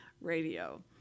radio